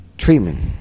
treatment